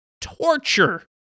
torture